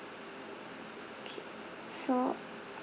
K so